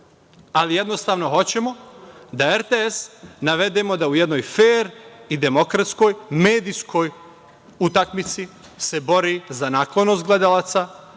ali jednostavno hoćemo da RTS navedemo da u jednoj fer i demokratskoj medijskoj utakmici se bori za naklonost gledalaca